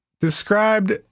Described